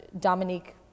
Dominique